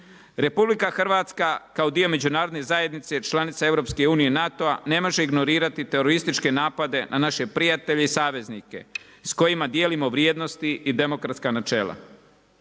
RH kao dio međunarodne zajednice, članice EU, NATO-a, ne može ignorirati terorističke napade na naše prijatelje i saveznike s kojima dijelimo vrijednosti i demokratska načela.